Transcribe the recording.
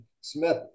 Smith